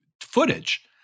footage